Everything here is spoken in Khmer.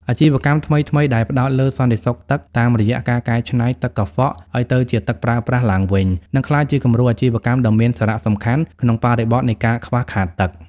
អាជីវកម្មថ្មីៗដែលផ្ដោតលើ "សន្ដិសុខទឹក" តាមរយៈការកែច្នៃទឹកកខ្វក់ឱ្យទៅជាទឹកប្រើប្រាស់ឡើងវិញ នឹងក្លាយជាគំរូអាជីវកម្មដ៏មានសារៈសំខាន់ក្នុងបរិបទនៃការខ្វះខាតទឹក។